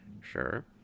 Sure